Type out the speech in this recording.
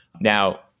Now